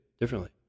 differently